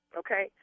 okay